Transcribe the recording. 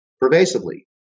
pervasively